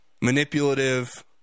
manipulative